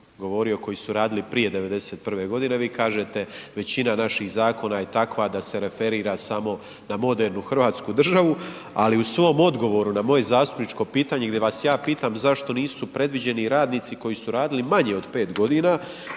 govorio koji su radili prije '91. godine, vi kažete većina naših zakona je takva da se referira samo na modernu hrvatsku državu, ali u svom odgovoru na moje zastupničko pitanje gdje vas ja pitam zašto nisu predviđeni i radnici koji su radi i manje od 5 godina,